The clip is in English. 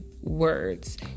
words